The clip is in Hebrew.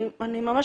אני ממש